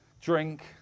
drink